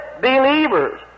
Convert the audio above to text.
believers